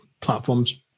platforms